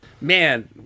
man